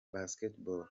basketball